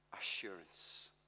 assurance